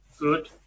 Good